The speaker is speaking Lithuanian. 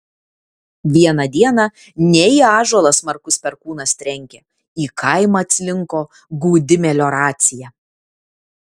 vieną dieną ne į ąžuolą smarkus perkūnas trenkė į kaimą atslinko gūdi melioracija